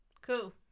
cool